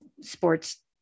sports